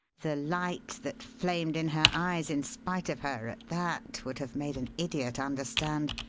the light that flamed in her eyes in spite of her at that would have made an idiot understand.